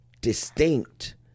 distinct